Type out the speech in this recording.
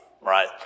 right